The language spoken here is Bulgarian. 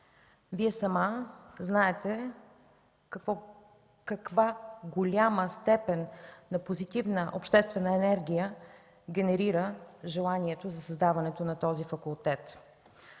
Вие сама знаете в каква голяма степен позитивната обществена енергия генерира желанието за създаването на този факултет.